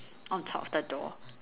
on top of the door